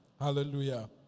Hallelujah